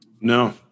No